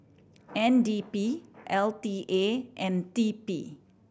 N D P L T A and T P